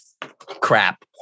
crap